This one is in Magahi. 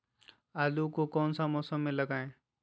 आलू को कौन सा मौसम में लगाए?